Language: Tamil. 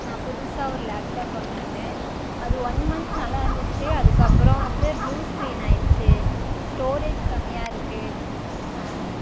நான் புதுசாக ஒரு லேப்டாப் வாங்கியிருந்தேன் அது ஒன் மன்த் நல்லா இருந்துச்சு அதுக்கப்புறம் வந்து ப்ளூ ஸ்க்ரீன் ஆயிடுச்சு ஸ்டோரேஜ் கம்மியாக இருக்கு